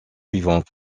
suivants